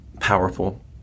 powerful